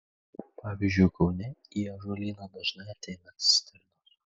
pavyzdžiui kaune į ąžuolyną dažnai ateina stirnos